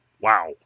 Wow